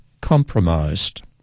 compromised